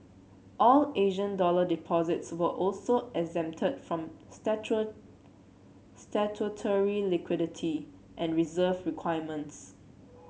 all Asian dollar deposits were also exempted from statutory liquidity and reserve requirements